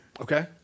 Okay